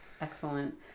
Excellent